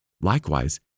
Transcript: Likewise